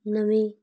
ਨਵੇਂ